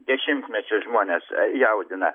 dešimtmečius žmones jaudina